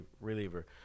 reliever